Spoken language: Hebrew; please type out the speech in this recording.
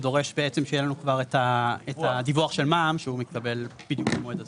הוא דורש בעצם שיהיה לנו כבר את הדיווח של מע"מ שמתקבל בדיוק במועד הזה.